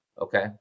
Okay